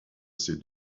ses